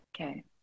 Okay